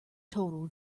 total